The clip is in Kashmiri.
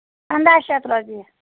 پَنٛداہ شَتھ رۄپیہِ